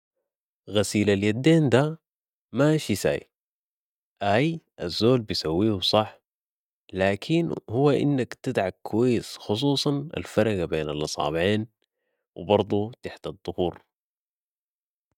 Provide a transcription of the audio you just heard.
غسيل اليدين ده ما شئ ساي ، آي الزول بيسويه صاح لكن هو انك تدعك كويس خصوصاً الفرقة بين الاصابعين و برضو تحت الضفور